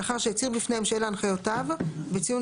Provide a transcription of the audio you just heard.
לאחר שהצהיר בפניהם שאלה הנחיותיו בציון